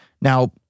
Now